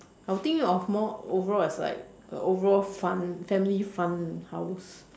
I will think of more overall as like a overall fun family fun house